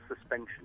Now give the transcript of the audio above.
suspension